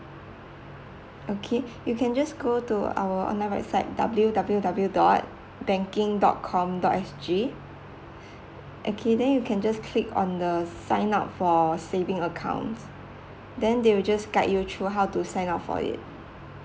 okay you can just go to our online website W_W_W dot banking dot com dot S_G okay then you can just click on the sign up for our saving account then they will just guide you through how to sign up for it